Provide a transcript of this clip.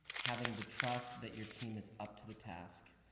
having the trust that your team is up to the task.